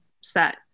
set